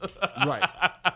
Right